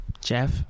Jeff